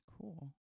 Cool